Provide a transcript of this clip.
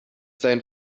seinen